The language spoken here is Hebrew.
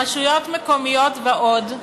רשויות מקומיות ועוד,